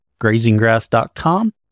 grazinggrass.com